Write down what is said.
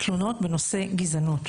תלונות בנושא גזענות.